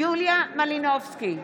יוליה מלינובסקי,